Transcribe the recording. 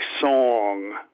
SONG